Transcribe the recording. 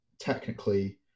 technically